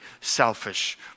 selfish